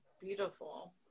Beautiful